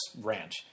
ranch